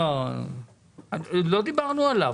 לא דיברנו עליו.